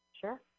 Sure